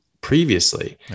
previously